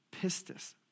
pistis